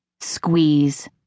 squeeze